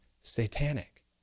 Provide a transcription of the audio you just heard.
satanic